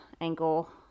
ankle